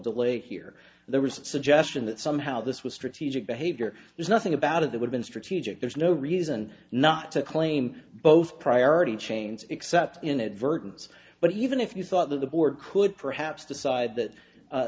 delay here there was a suggestion that somehow this was strategic behavior there's nothing about of the woman strategic there's no reason not to claim both priority chains except inadvertence but even if you thought that the board could perhaps decide that